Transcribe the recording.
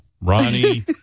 Ronnie